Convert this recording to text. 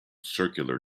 circular